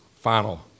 final